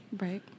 Right